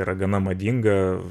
yra gana madinga